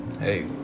hey